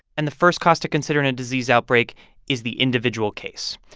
and the first cost to consider in a disease outbreak is the individual case.